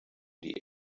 die